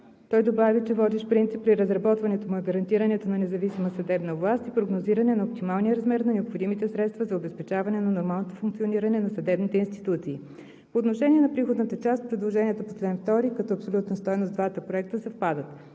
Той добави, че водещ принцип при разработването му е гарантирането на независима съдебна власт и прогнозиране на оптималния размер на необходимите средства за обезпечаване на нормалното функциониране на съдебните институции. По отношение на приходната част предложенията по чл. 2 като абсолютна стойност в двата проекта съвпадат.